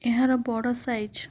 ଏହାର ବଡ଼ ସାଇଜ୍